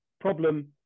problem